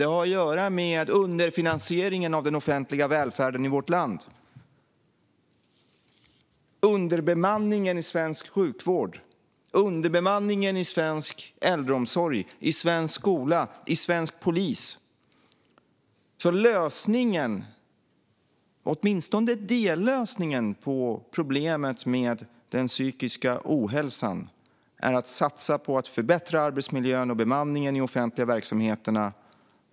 Det har att göra med underfinansieringen av den offentliga välfärden i vårt land och underbemanningen i svensk sjukvård, i svensk äldreomsorg, i svensk skola, i svensk polis. Lösningen, åtminstone dellösningen, på problemet med psykisk ohälsa är att satsa på att förbättra arbetsmiljön och bemanningen i de offentliga verksamheterna.